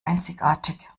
einzigartig